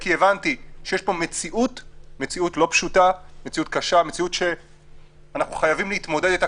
הבנתי שיש פה מציאות קשה שאנחנו חייבים להתמודד איתה